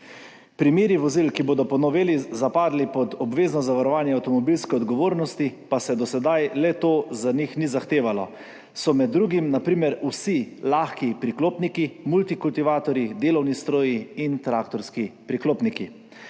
Primeri vozil, ki bodo po noveli zapadli pod obvezno zavarovanje avtomobilske odgovornosti, pa se do sedaj le-to za njih ni zahtevalo, so med drugim na primer vsi lahki priklopniki, multikultivatorji, delovni stroji in traktorski priklopniki.